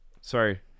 Sorry